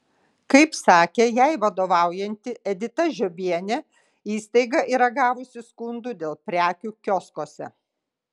kaip sakė jai vadovaujanti edita žiobienė įstaiga yra gavusi skundų dėl prekių kioskuose